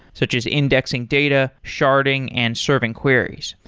such as indexing data, sharding and serving queries.